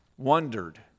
wondered